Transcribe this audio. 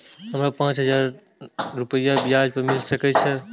हमरा पाँच हजार रुपया ब्याज पर मिल सके छे?